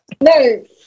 No